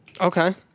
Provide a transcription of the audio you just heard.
Okay